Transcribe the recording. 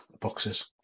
boxes